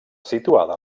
situada